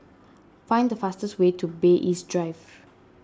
find the fastest way to Bay East Drive